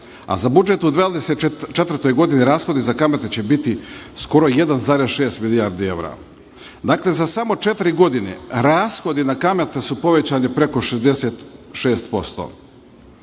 a za budžet u 2024. godini rashodi za kamate će biti skoro 1,6 milijardi evra. Dakle, za samo četiri godine rashodi na kamate su povećani preko